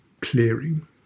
clearing